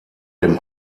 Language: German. dem